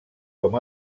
com